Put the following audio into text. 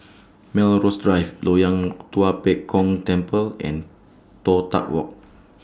Melrose Drive Loyang Tua Pek Kong Temple and Toh Tuck Walk